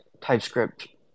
TypeScript